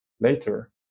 later